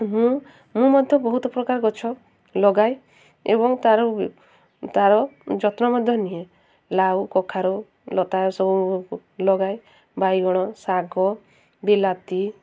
ମୁଁ ମୁଁ ମଧ୍ୟ ବହୁତ ପ୍ରକାର ଗଛ ଲଗାଏ ଏବଂ ତାର ତାର ଯତ୍ନ ମଧ୍ୟ ନିଏ ଲାଉ କଖାରୁ ଲତା ସବୁ ଲଗାଏ ବାଇଗଣ ଶାଗ ବିଲାତି